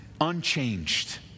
unchanged